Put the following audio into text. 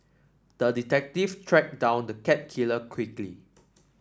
the detective tracked down the cat killer quickly